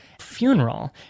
funeral